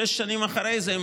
שש שנים אחרי זה,